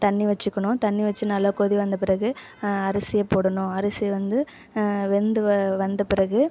தண்ணி வச்சுக்கணும் தண்ணி வச்சு நல்லா கொதி வந்த பிறகு அரிசியை போடணும் அரிசி வந்து வெந்து வ வந்த பிறகு